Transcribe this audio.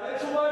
תענה תשובה,